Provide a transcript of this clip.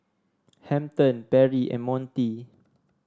Hampton Perri and Montie